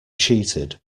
cheated